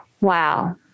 Wow